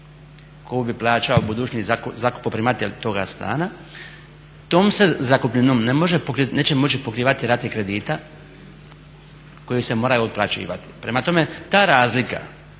koju bi plaćao budući zakupoprimatelj toga stana tom se zakupninom neće moći pokrivati rate kredita koje se moraju otplaćivati. Prema tome, ta razlika